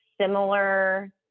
similar